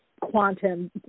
quantum